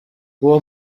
uwo